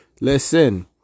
listen